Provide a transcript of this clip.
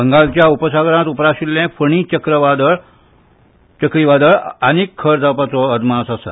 बंगालच्या उपसागरांत उप्राशिल्लें फणी चक्रीवादळ आनीक खर जावपाचो अदमास आसा